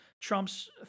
Trump's